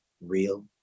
real